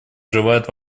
желает